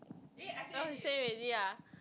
oh say already ah